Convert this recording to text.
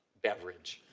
beverage.